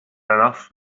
enough